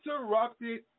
interrupted